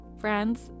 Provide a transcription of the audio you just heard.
friends